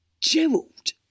Gerald